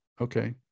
Okay